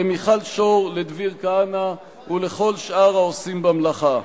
למיכל שור ולדביר כהנא ולכל שאר העושים במלאכה.